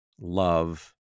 Love